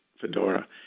fedora